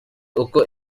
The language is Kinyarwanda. uko